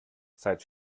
seit